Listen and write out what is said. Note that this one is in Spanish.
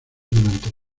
durante